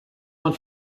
man